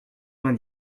vingt